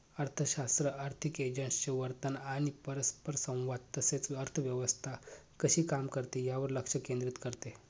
अर्थशास्त्र आर्थिक एजंट्सचे वर्तन आणि परस्परसंवाद तसेच अर्थव्यवस्था कशी काम करते यावर लक्ष केंद्रित करते